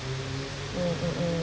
mm mm mm